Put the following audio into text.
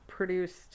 produced